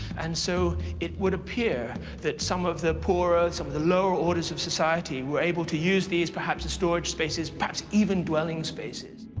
and so it would appear that some of the poorer, some of the lower orders of society were able to use these perhaps as storage spaces, perhaps even dwelling spaces.